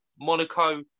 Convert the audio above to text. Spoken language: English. Monaco